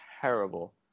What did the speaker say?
Terrible